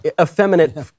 Effeminate